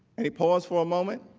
and he paused for a moment.